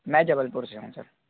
मैं जबलपुर से हूँ सर